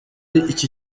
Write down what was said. iki